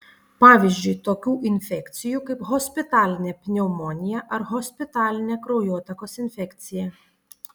pavyzdžiui tokių infekcijų kaip hospitalinė pneumonija ar hospitalinė kraujotakos infekcija